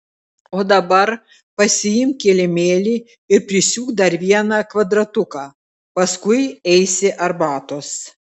o dabar pasiimk kilimėlį ir prisiūk dar vieną kvadratuką paskui eisi arbatos